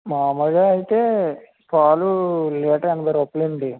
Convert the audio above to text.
మామూలుగా అయితే పాలు లీటర్ ఎనభై రూపాయలు అండి